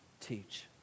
teach